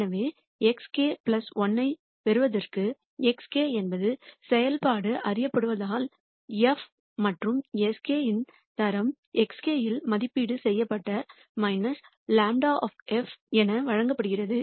எனவே xk 1 ஐப் பெறுவதற்கு xk என்பது செயல்பாடு அறியப்படுவதால் f மற்றும் s k இன் தரம் xk இல் மதிப்பீடு செய்யப்பட்ட ∇ என வழங்கப்படுகிறது